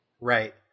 right